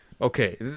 Okay